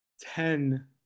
ten